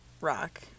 rock